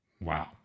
Wow